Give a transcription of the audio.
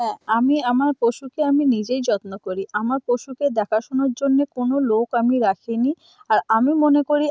হ্যাঁ আমি আমার পশুকে আমি নিজেই যত্ন করি আমার পশুকে দেখাশুনোর জন্যে কোনো লোক আমি রাখি নি আর আমি মনে করি